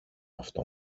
αυτό